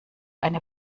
eine